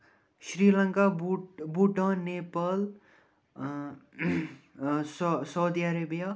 شِری لَنکا بوٗ Bhutan Nepal Saudi Arabia